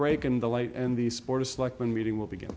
break in the light and these sports like when reading will begin